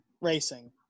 racing